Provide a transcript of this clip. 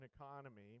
economy